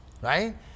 right